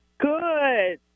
Good